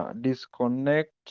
disconnect